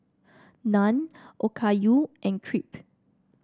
Naan Okayu and Crepe